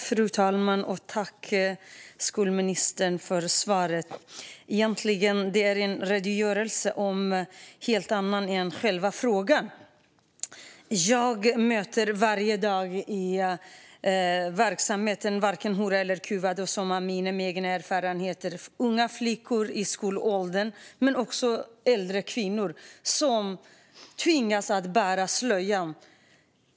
Fru talman! Tack, skolministern, för svaret! Men egentligen är det en redogörelse för något helt annat än själva frågan. Jag möter varje dag i verksamheten Varken hora eller kuvad, och som Amineh med egna erfarenheter, unga flickor i skolåldern men också äldre kvinnor som tvingas bära slöja.